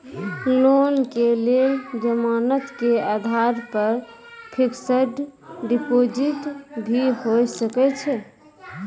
Loan के लेल जमानत के आधार पर फिक्स्ड डिपोजिट भी होय सके छै?